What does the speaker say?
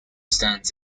stands